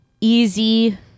easy